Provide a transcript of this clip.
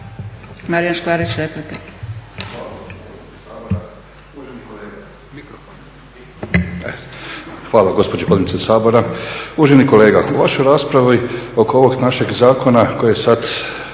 Marijan Škvarić, replika.